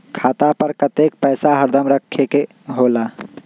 खाता पर कतेक पैसा हरदम रखखे के होला?